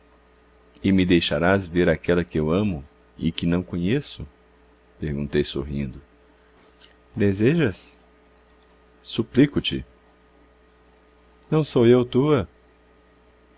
e me deixarás ver aquela que eu amo e que não conheço perguntei sorrindo desejas suplico te não sou eu tua